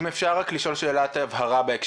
אם אפשר לשאול שאלת הבהרה.